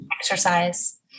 exercise